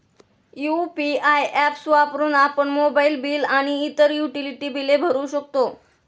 UPI apps वापरून आपण mobile bill आणि इतर युटिलिटी बिले भरू शकतो